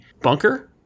bunker